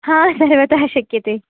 हा सर्वतः शक्यते